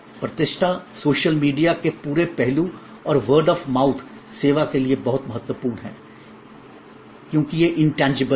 प्रतिष्ठा social media के पूरे पहलू और वर्ड ऑफ़ माउथ सेवा के लिए बहुत महत्वपूर्ण है क्योंकि यह इनटेंजिबल है